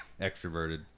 extroverted